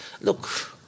look